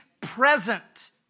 present